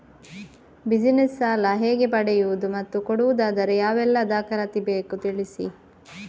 Business ಸಾಲ ಹೇಗೆ ಪಡೆಯುವುದು ಮತ್ತು ಕೊಡುವುದಾದರೆ ಯಾವೆಲ್ಲ ದಾಖಲಾತಿ ಬೇಕು ತಿಳಿಸಿ?